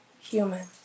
human